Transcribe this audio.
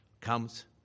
comes